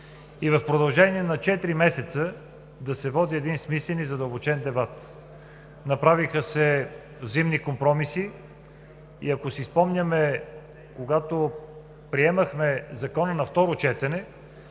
и в продължение на четири месеца да се води един смислен и задълбочен дебат. Направиха се взаимни компромиси и, ако си спомняме, когато приемахме Закона на второ четене